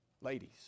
ladies